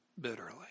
bitterly